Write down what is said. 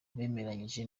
bemeranyije